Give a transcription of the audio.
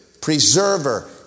preserver